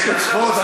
יש יום ספורט.